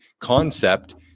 concept